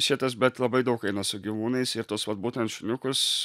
šitas bet labai daug eina su gyvūnais ir tuos vat būtent šuniukus